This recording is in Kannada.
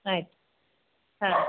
ಆಯಿತು ಹಾಂ